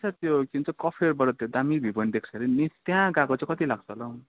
आच्छा त्यो के भन्छ कफेरबाट दाम्मी भ्यू पोइन्ट देख्छ हरे नि त्यहाँ गएको चाहिँ कति लाग्छ होला हौ